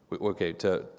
Okay